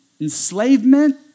enslavement